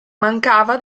mancava